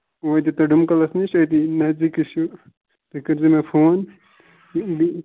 اوٗرۍ یِیِو تُہۍ ڈُم کٔدٕلس نِش أتی نٔزدیٖکٕے چھُ تُہۍ کٔرۍزیٚو مےٚ فون بہٕ یِمہٕ